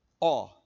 Awe